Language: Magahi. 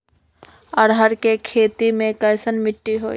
अरहर के खेती मे कैसन मिट्टी होइ?